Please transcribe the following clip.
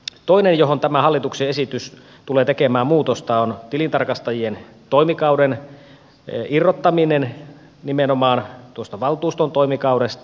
toinen johon tämä hallituksen esitys tulee tekemään muutosta on tilintarkastajien toimikauden irrottaminen nimenomaan tuosta valtuuston toimikaudesta